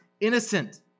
innocent